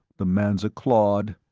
the man's a clod.